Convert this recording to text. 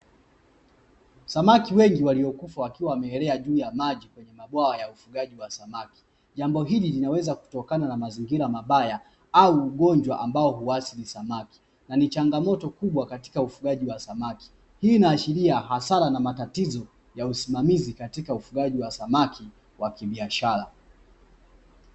Samaki wengi waliokufa wakiwa wameelea juu ya maji mabwawa ya ufugaji wa samaki. Jambo hili linaweza kutokana na mazingira mabaya au ugonjwa ambao huathiri samaki, na ni changamoto kubwa katika ufugaji wa samaki. Hii inaashiria hasara na matatizo ya usimamizi katika ufugaji wa samaki wa kibiashara.